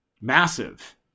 Massive